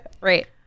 right